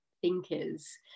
thinkers